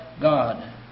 God